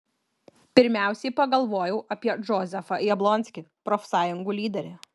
pirmiausiai pagalvojau apie džozefą jablonskį profsąjungų lyderį